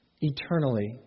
eternally